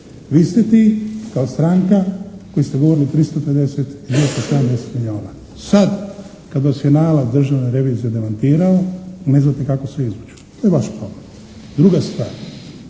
Vi ste ti kao stranka koji ste govorili …/Govornik se ne razumije./… milijuna. Sad kad vas je nalaz Državne revizije demantirao ne znate kako se izvući. To je vaš problem. Druga stvar,